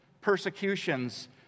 persecutions